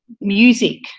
music